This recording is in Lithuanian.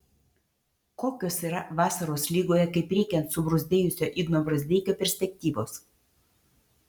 kokios yra vasaros lygoje kaip reikiant subruzdėjusio igno brazdeikio perspektyvos